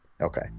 Okay